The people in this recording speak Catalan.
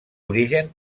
origen